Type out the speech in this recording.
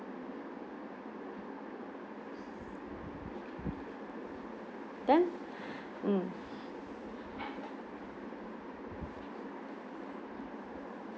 then mm